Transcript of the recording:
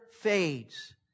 fades